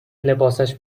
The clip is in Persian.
لباسش